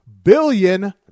billion